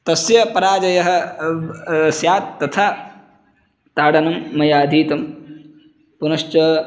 तस्य पराजयः स्यात् तथा ताडनं मया अधीतं पुनश्च